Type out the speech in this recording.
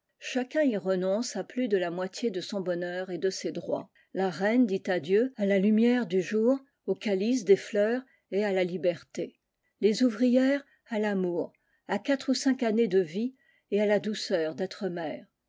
chacun y renonce à plus de la moitié de son bonheur et de ses droits la reine dit adieu à la lumière du jour au calice des fleurs et à la liberté les ouvrières à tamour à quatre ou cinq années de vie et à la douceur d'être mères